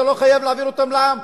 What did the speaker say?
אתה לא חייב להביא אותם לעם.